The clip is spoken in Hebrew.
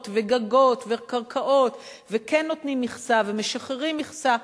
וגגות וקרקעות וכן נותנים מכסה ומשחררים מכסה,